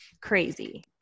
Crazy